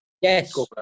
Yes